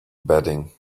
bedding